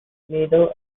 middle